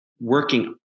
working